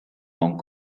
hong